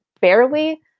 barely